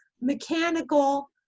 mechanical